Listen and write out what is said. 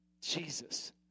Jesus